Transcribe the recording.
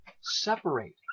Separate